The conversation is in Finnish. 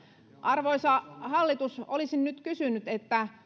arvoisa hallitus olisin nyt kysynyt